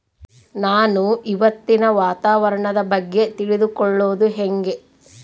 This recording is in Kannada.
ನಾನು ಇವತ್ತಿನ ವಾತಾವರಣದ ಬಗ್ಗೆ ತಿಳಿದುಕೊಳ್ಳೋದು ಹೆಂಗೆ?